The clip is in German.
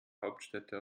hauptstädte